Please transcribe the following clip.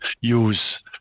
use